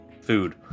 food